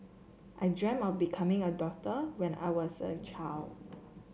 I dreamt of becoming a doctor when I was a child